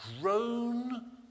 grown